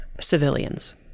civilians